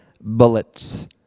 bullets